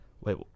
Wait